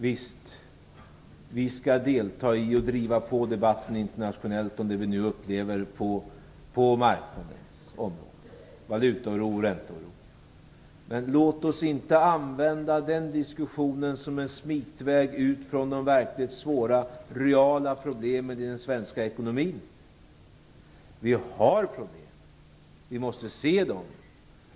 Visst, vi skall delta i och driva på debatten internationellt om det vi nu upplever på marknadens område - valutaoro och ränteoro. Men låt oss inte använda den diskussionen som en smitväg ut från de verkligt svåra reala problemen i den svenska ekonomin. Vi har problem, och vi måste se dem.